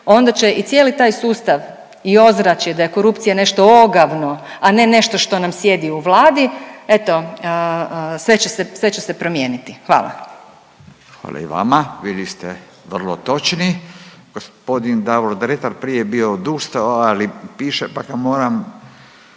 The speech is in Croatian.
onda će i cijeli taj sustav i ozračje da je korupcija nešto ogavno, a ne nešto što nam sjedi u Vladi eto sve će se promijeniti. Hvala. **Radin, Furio (Nezavisni)** Hvala i vama. Bili ste vrlo točni. Gospodin Davor Dretar prije je bio odustao, ali piše, pa ga moram,